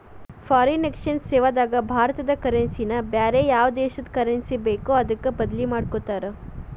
foreign exchange ಸೇವಾದಾಗ ಭಾರತದ currency ನ ಬ್ಯಾರೆ ಯಾವ್ ದೇಶದ್ ಕರೆನ್ಸಿ ಬೇಕೊ ಅದಕ್ಕ ಬದ್ಲಿಮಾದಿಕೊಡ್ತಾರ್